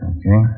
Okay